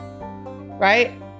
right